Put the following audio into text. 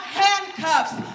handcuffs